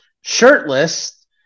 shirtless